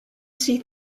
see